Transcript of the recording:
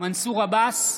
מנסור עבאס,